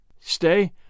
Stay